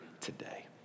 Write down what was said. today